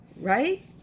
right